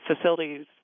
facilities